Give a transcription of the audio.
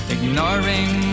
Ignoring